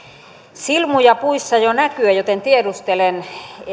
silmuja puissa jo näkyä joten tiedustelen